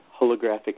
holographic